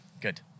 good